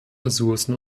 ressourcen